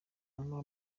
amy